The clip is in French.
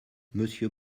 monsieur